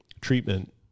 treatment